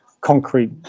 concrete